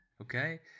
okay